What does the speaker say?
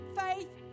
faith